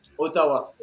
Ottawa